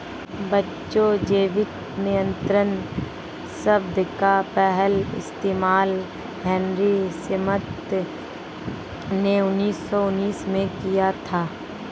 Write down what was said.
बच्चों जैविक नियंत्रण शब्द का पहला इस्तेमाल हेनरी स्मिथ ने उन्नीस सौ उन्नीस में किया था